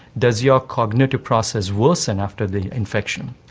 does your cognitive process worsen after the infection?